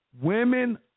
Women